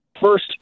first